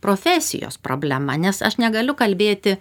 profesijos problema nes aš negaliu kalbėti